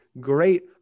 great